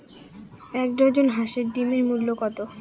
এক ডজন হাঁসের ডিমের মূল্য কত?